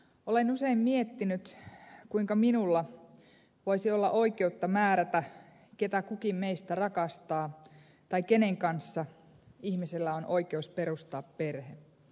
olen usein miettinyt kuinka minulla voisi olla oikeutta määrätä ketä kukin meistä rakastaa tai kenen kanssa ihmisellä on oikeus perustaa perhe